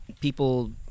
people